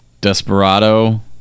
desperado